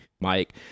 Mike